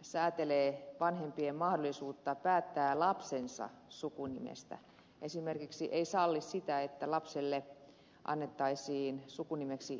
säätelee vanhempien mahdollisuutta päättää lapsensa sukunimestä esimerkiksi ei salli sitä että lapselle annettaisiin sukunimeksi kaksoisnimi